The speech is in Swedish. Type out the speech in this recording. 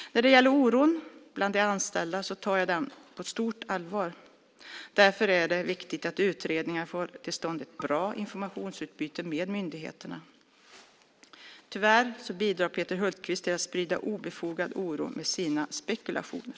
Oron bland de anställda tar jag på stort allvar. Därför är det viktigt att utredaren får till stånd ett bra informationsutbyte med myndigheterna. Tyvärr bidrar Peter Hultqvist till att sprida obefogad oro med sina spekulationer.